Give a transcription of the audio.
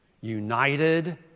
united